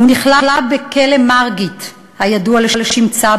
הוא נכלא בכלא "מרגיט" הידוע לשמצה,